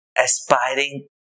Aspiring